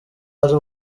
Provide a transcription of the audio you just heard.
ari